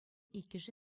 иккӗшӗ